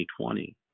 2020